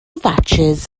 fatsis